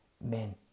Men